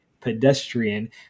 pedestrian